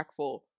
impactful